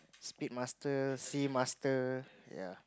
Speedmaster Seamaster ya